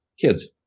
kids